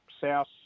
South